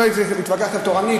לא אתווכח תורנית,